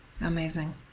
Amazing